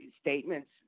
statements